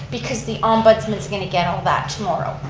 because the ombudsman's going to get all that tomorrow.